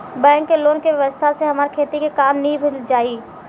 bank के loan के व्यवस्था से हमार खेती के काम नीभ जाई